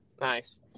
Nice